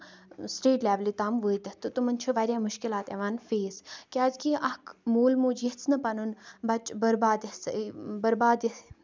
state لیولہِ تام وٲتِتھ تہٕ تِمَن چھِ واریاہ مُشکِلات یِوان فیس کیازِ کہِ اَکھ مول موج یژھِ نہٕ پَنُن بَچہِ بَرباد یژھِ بَرباد یژھِ